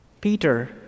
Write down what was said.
Peter